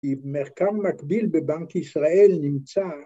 ‫המרכב מקביל בבנק ישראל נמצא...